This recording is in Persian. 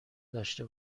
داشته